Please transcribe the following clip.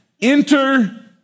Enter